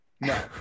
No